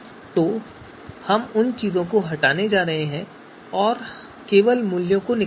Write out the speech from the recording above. तो हम उन चीजों को हटाने जा रहे हैं और केवल मूल्यों को निकालेंगे